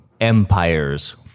empires